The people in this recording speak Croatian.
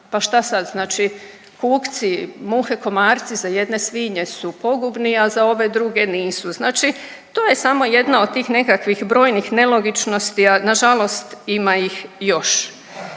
Pa šta sad znači kukci, muhe, komarci za jedne svinje su pogubni, a za ove druge nisu? Znači to je samo jedna od tih nekakvih brojnih nelogičnosti, a nažalost ima ih još.